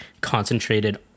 concentrated